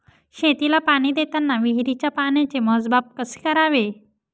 शेतीला पाणी देताना विहिरीच्या पाण्याचे मोजमाप कसे करावे?